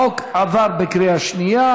החוק עבר בקריאה שנייה.